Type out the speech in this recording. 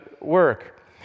work